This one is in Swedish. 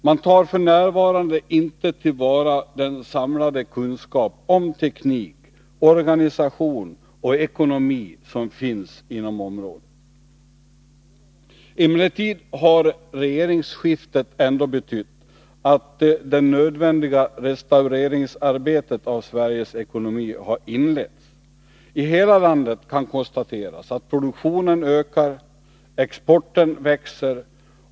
Man tar f. n. inte till vara den samlade kunskap om teknik, organisation och ekonomi som finns inom området. Emellertid har regeringsskiftet ändå betytt att det nödvändiga arbetet med en restaurering av Sveriges ekonomi har inletts. I hela landet kan konstateras att produktionen ökar och exporten växer.